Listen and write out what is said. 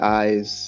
eyes